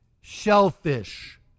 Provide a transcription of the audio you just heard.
shellfish